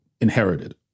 inherited